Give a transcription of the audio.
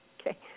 Okay